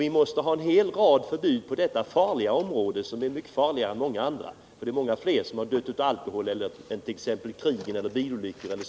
Vi måste ha en hel rad förbud även på alkoholområdet, vilket är mycket farligare än många andra. Det är många fler som har dött av alkohol än av krig och bilolyckor.